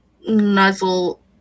nuzzle